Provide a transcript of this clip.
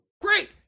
Great